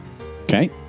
Okay